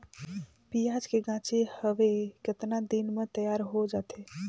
पियाज के गाछी हवे कतना दिन म तैयार हों जा थे?